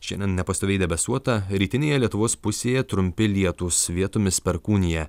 šiandien nepastoviai debesuota rytinėje lietuvos pusėje trumpi lietūs vietomis perkūnija